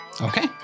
Okay